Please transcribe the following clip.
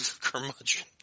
curmudgeon